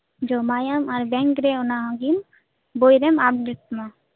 ᱡᱚᱢᱟᱭᱟᱢ ᱟᱨ ᱵᱮᱝᱠ ᱨᱮ ᱚᱱᱟᱜᱮ ᱵᱳᱭ ᱨᱮᱢ ᱟᱯᱰᱮᱴ ᱛᱟᱢᱟ